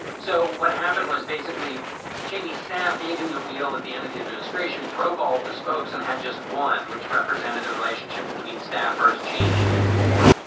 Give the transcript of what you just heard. so what happened was basically cheney staff gave him the wheel at the end of the administration, broke all of the spokes and had just one which represented the relationship between staffers, cheney and ford.